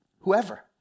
whoever